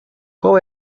qual